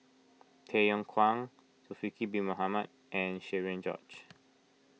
Tay Yong Kwang Zulkifli Bin Mohamed and Cherian George